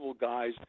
guys